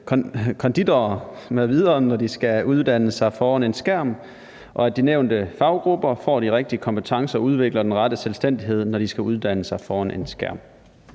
konditorer m.v., når de skal uddanne sig foran en skærm, og at de nævnte faggrupper får de rigtige kompetencer og udvikler den rette selvstændighed, når de skal uddanne sig foran en skærm?